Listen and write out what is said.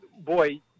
boy